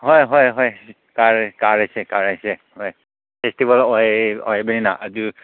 ꯍꯣꯏ ꯍꯣꯏ ꯍꯣꯏ ꯀꯥꯔꯦ ꯀꯥꯔꯁꯦ ꯀꯥꯔꯁꯦ ꯍꯣꯏ ꯐꯦꯁꯇꯤꯕꯦꯜ ꯑꯣꯏꯕꯅꯤꯅ ꯑꯗꯨ